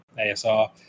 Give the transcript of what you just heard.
ASR